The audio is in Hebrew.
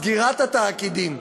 סגירת התאגידים,